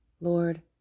Lord